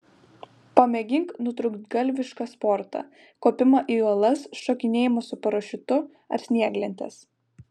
pamėgink nutrūktgalvišką sportą kopimą į uolas šokinėjimą su parašiutu ar snieglentes